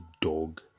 dog